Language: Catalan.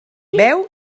beu